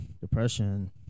depression